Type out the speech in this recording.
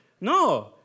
No